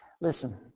Listen